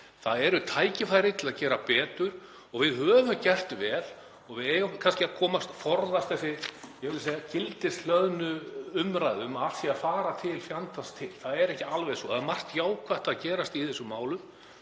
Það eru tækifæri til að gera betur og við höfum gert vel og við eigum kannski að forðast þessa, ég vil segja gildishlöðnu umræðu um að allt sé að fara til fjandans. Það er ekki alveg svo, það er margt jákvætt að gerast í þessum málum.